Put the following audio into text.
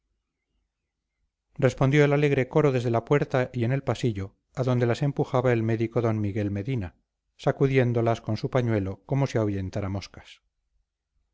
respondió el alegre coro desde la puerta y en el pasillo a donde las empujaba el médico d miguel medina sacudiéndolas con su pañuelo como si ahuyentara moscas